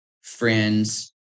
friends